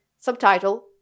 subtitle